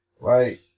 Right